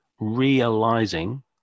realizing